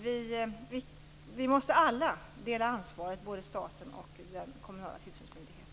Vi måste alla dela ansvaret, både staten och den kommunala tillsynsmyndigheten.